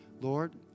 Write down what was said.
Lord